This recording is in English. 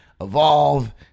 evolve